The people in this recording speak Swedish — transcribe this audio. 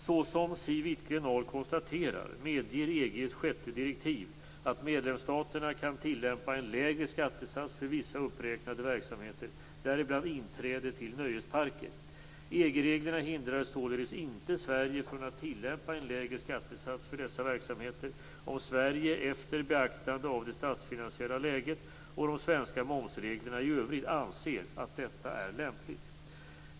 Såsom Siw Wittgren-Ahl konstaterar medger EG:s sjätte direktiv att medlemsstaterna kan tillämpa en lägre skattesats för vissa uppräknade verksamheter, däribland inträde till nöjesparker. EG-reglerna hindrar således inte Sverige från att tillämpa en lägre skattesats för dessa verksamheter om Sverige efter beaktande av det statsfinansiella läget och de svenska momsreglerna i övrigt anser att detta är lämpligt.